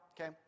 Okay